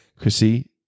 Chrissy